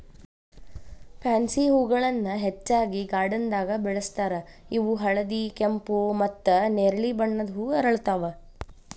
pansy ಹೂಗಳನ್ನ ಹೆಚ್ಚಾಗಿ ಗಾರ್ಡನ್ದಾಗ ಬೆಳೆಸ್ತಾರ ಇವು ಹಳದಿ, ಕೆಂಪು, ಮತ್ತ್ ನೆರಳಿ ಬಣ್ಣದ ಹೂ ಅರಳ್ತಾವ